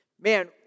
Man